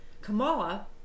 Kamala